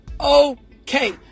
okay